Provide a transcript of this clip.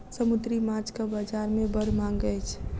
समुद्री माँछक बजार में बड़ मांग अछि